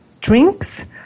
drinks